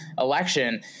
election